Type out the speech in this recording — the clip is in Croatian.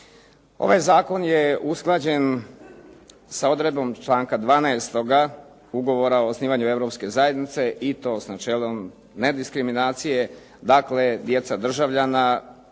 Ovaj zakon je usklađen sa odredbom članka 12. Ugovora o osnivanju Europske zajednice i to s načelom nediskriminacije. Dakle, djeca državljana